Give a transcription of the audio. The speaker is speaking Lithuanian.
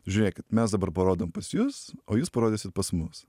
žiūrėkit mes dabar parodom pas jus o jūs parodysit pas mus